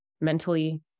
mentally